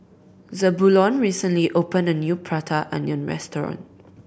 Zebulon recently opened a new Prata Onion restaurant